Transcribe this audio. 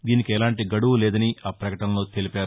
దీనికి ఎలాంటి గడువు లేదని ఆ ప్రకటనలో తెలిపారు